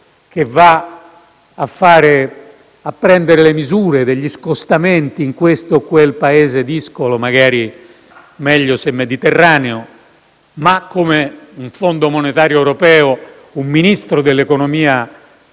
che va a prendere le misure degli scostamenti in questo o quel Paese discolo (magari meglio se mediterraneo), ma come un Fondo monetario europeo e un Ministro dell'economia